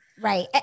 Right